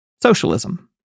Socialism